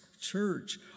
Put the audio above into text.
church